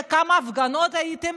כמה הפגנות הייתם,